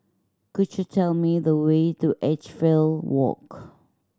could you tell me the way to Edgefield Walk